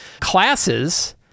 Classes